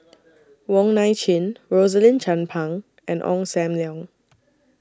Wong Nai Chin Rosaline Chan Pang and Ong SAM Leong